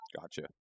Gotcha